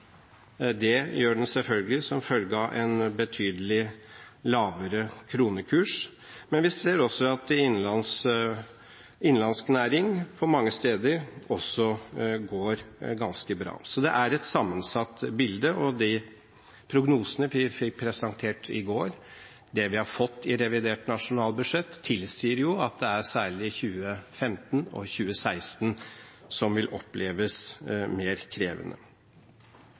Det gjør den selvfølgelig som følge av en betydelig lavere kronekurs, men vi ser også at det i innenlandsk næring på mange steder også går ganske bra. Så det er et sammensatt bilde, og de prognosene vi fikk presentert i går, og det vi har fått i revidert nasjonalbudsjett, tilsier jo at det er særlig 2015 og 2016 som vil oppleves mer krevende.